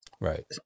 Right